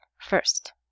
First